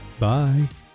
Bye